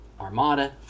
Armada